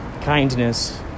kindness